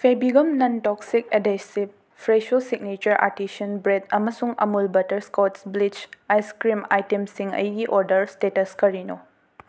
Fevigum non toxic ꯑꯦꯙꯦꯁꯤꯕ Fresho signature artisan bread ꯑꯃꯁꯨꯡ ꯑꯃꯨꯜ ꯕꯇꯔꯁ꯭ꯀꯣꯠꯆ ꯕ꯭ꯂꯤꯆ ꯑꯥꯏꯁ ꯀ꯭ꯔꯤꯝ ꯑꯥꯏꯇꯦꯝꯁꯤꯡ ꯑꯩꯒꯤ ꯑꯣꯔꯗꯔ ꯁ꯭ꯇꯦꯇꯁ ꯀꯔꯤꯅꯣ